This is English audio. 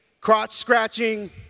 crotch-scratching